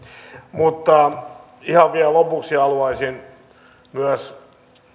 mutta ihan vielä lopuksi haluaisin myös